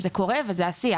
זה מה שקורה וזה השיח.